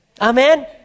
Amen